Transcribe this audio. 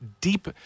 deep